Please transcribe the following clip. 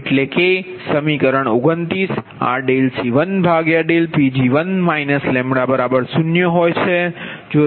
એટલે કે સમીકરણ 29 આ dC1dPg1 λ0 હોય છે